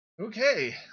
Okay